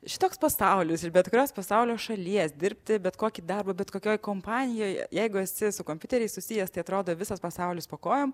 šitoks pasaulis iš bet kurios pasaulio šalies dirbti bet kokį darbą bet kokioj kompanijoj jeigu esi su kompiuteriais susijęs tai atrodo visas pasaulis po kojom